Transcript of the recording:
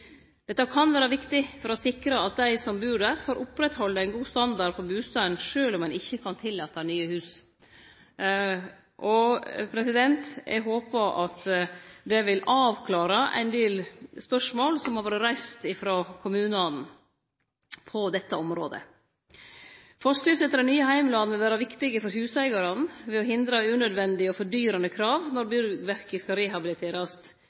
Dette kan vere viktig for å sikre at dei som bur der, får oppretthalde ein god standard på bustaden, sjølv om ein ikkje kan tillate nye hus. Eg håpar at det vil avklåre ein del spørsmål som kommunane har hatt på dette området Forskrifter etter dei nye heimlane vil vere viktige for huseigarane, ved å hindre unødvendige og fordyrande krav når byggverka skal rehabiliterast.